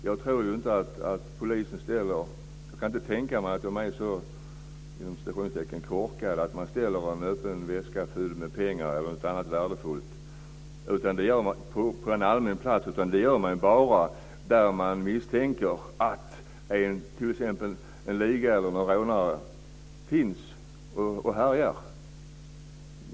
Jag kan inte tänka mig att polisen är så "korkad" att man ställer en öppen väska fylld med pengar eller något annat värdefullt på en allmän plats, utan man gör det bara där man misstänker att en liga eller rånare härjar.